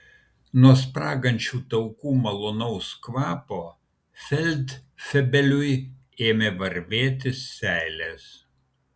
nuo spragančių taukų malonaus kvapo feldfebeliui ėmė varvėti seilės